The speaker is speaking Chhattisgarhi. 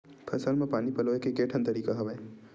फसल म पानी पलोय के केठन तरीका हवय?